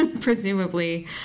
presumably